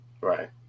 Right